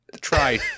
try